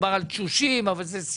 אמנם מדובר על תשושים אבל תשושים שהם